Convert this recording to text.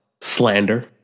slander